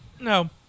No